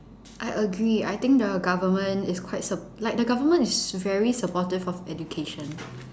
I agree I think the government is quite sup~ like the government is very supportive of education